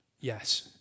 Yes